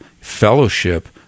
fellowship